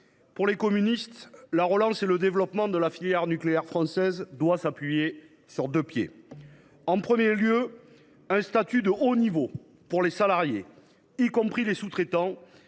pour les communistes, la relance et le développement de la filière nucléaire française doivent marcher sur deux pieds. En premier lieu, il faut un statut de haut niveau pour les salariés, y compris les sous traitants,